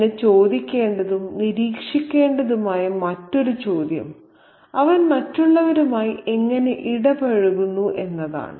പിന്നെ ചോദിക്കേണ്ടതും നിരീക്ഷിക്കേണ്ടതുമായ മറ്റൊരു ചോദ്യം അവൻ മറ്റുള്ളവരുമായി എങ്ങനെ ഇടപഴകുന്നു എന്നതാണ്